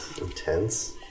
Intense